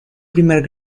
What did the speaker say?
primer